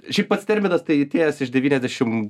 šiaip pats terminas tai atėjęs iš devyniasdešim